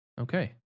Okay